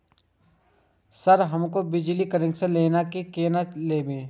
Sir हमरो बिजली connection लेना छे केना लेबे?